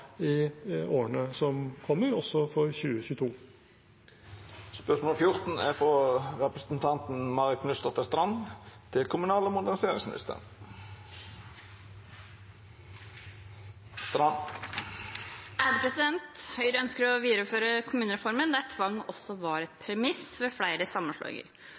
i årene som kommer, også i 2022. «Høyre ønsker å videreføre kommunereformen, der tvang også var et premiss ved flere sammenslåinger.